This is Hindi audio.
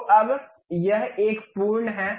तो अब यह एक पूर्ण है